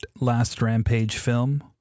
LastRampageFilm